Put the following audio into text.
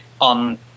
on